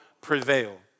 prevail